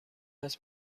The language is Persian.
است